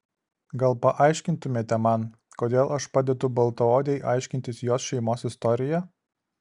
gal paaiškintumėte man kodėl aš padedu baltaodei aiškintis jos šeimos istoriją